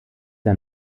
der